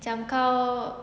macam kau